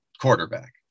quarterback